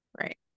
Right